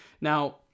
Now